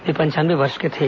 वे पंचानवे वर्ष के थे